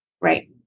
right